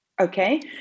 Okay